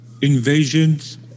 invasions